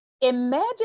imagine